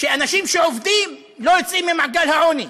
שאנשים שעובדים לא יוצאים ממעגל העוני,